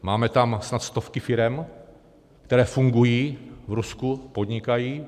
Máme tam snad stovky firem, které fungují, v Rusku podnikají.